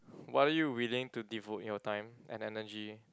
what are you willing to devote your time and energy